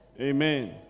Amen